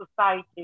society